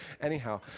Anyhow